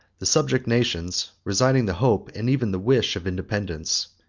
the subject nations, resigning the hope, and even the wish, of independence,